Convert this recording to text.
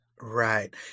Right